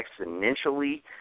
exponentially